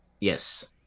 Yes